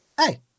hey